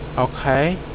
Okay